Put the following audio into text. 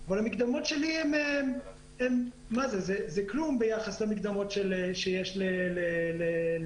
אבל המקדמות שלי הן כלום ביחס למקדמות שיש לאולם,